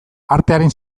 artearen